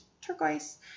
turquoise